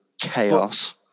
chaos